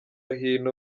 hino